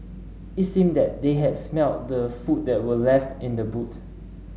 it seemed that they had smelt the food that were left in the boot